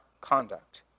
conduct